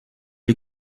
est